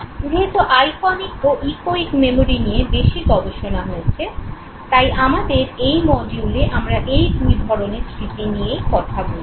যেহেতু আইকনিক ও echoic memory নিয়ে বেশি গবেষণা হয়েছে তাই আমাদের এই মডিউলে আমরা এই দুই ধরণের স্মৃতি নিয়েই কথা বলবো